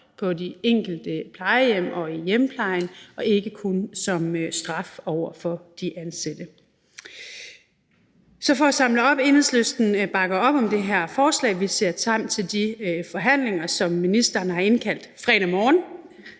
på de enkelte plejehjem og i hjemmeplejen og ikke kun som straf over for de ansatte. For at samle op vil jeg sige, at Enhedslisten bakker op om det her forslag, og vi ser frem til de forhandlinger, som ministeren har indkaldt til fredag morgen,